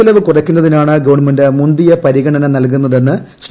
ചെലവ് കുറക്കുന്നതിനാണ് ഗവണ്മെന്റ് മുന്തിയ പരിഗണന നല്കുന്നതെന്ന് ശ്രീ